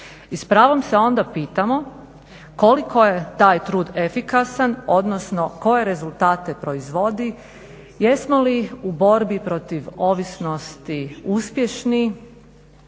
I s pravom se onda pitamo koliko je taj trud efikasan odnosno koje rezultate proizvodi, jesmo li u borbi protiv ovisnosti uspješni,